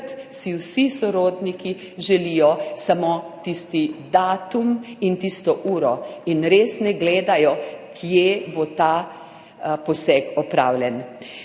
si vsi sorodniki želijo samo tisti datum in tisto uro in res ne gledajo, kje bo ta poseg opravljen.